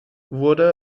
wurde